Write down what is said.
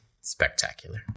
spectacular